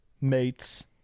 mates